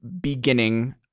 beginning